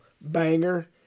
banger